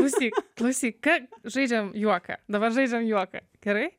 klausyk klausyk ką žaidžiam juoką dabar žaidžiam juoką gerai